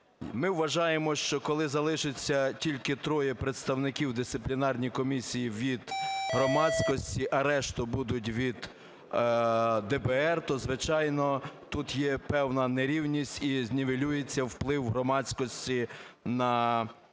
Ми вважаємо, що коли залишиться тільки 3 представників в дисциплінарній комісії від громадськості, а решта буде від ДБР, то, звичайно, тут є певна нерівність, і знівелюється влив громадськості на рішення